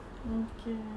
okay